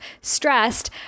stressed